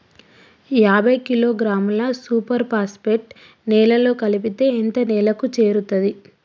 యాభై కిలోగ్రాముల super phosphate నేలలో కలిపితే ఎంత నేలకు చేరుతది?